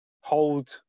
hold